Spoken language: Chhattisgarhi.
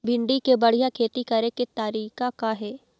भिंडी के बढ़िया खेती करे के तरीका का हे?